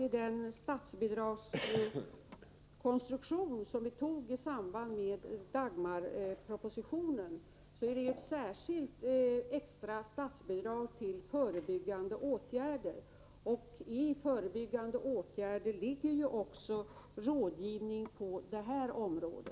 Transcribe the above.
I den statsbidragskonstruktion som vi beslutade om i samband med Dagmarpropositionen finns ett särskilt statsbidrag till förebyggande åtgärder. Till förebyggande åtgärder räknas också rådgivning på detta område.